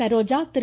Saroja Thiru